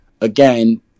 again